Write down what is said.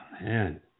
Man